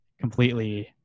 completely